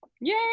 Yay